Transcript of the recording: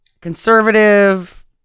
conservative